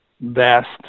vast